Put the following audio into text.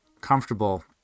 comfortable